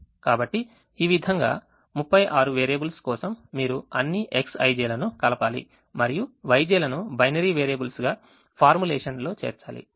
కాబట్టి ఈ విధంగా 36 వేరియబుల్స్ కోసం మీరు అన్ని Xij లను కలపాలి మరియు Yj లను బైనరీ వేరియబుల్స్గా ఫార్ములేషన్ లో చేర్చాలి